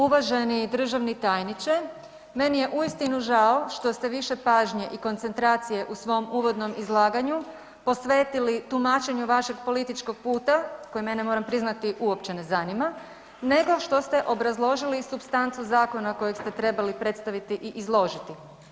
Uvaženi državni tajniče meni je uistinu žao što ste više pažnje i koncentracije u svom uvodnom izlaganju posvetili tumačenju vašeg političkog puta koji mene moram priznati uopće ne zanima, nego što ste obrazložili supstancu zakona kojeg ste trebali predstaviti i izložiti.